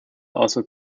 also